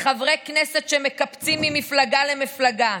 לחברי כנסת שמקפצים ממפלגה למפלגה: